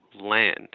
land